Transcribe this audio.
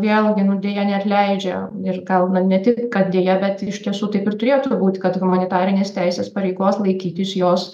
vėlgi nu deja neatleidžia ir gal na ne tik kad deja bet iš tiesų taip ir turėtų būt kad humanitarinės teisės pareigos laikytis jos